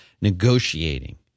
negotiating